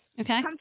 Okay